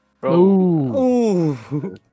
Bro